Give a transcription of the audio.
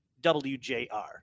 WJR